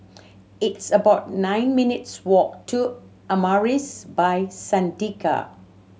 it's about nine minutes' walk to Amaris By Santika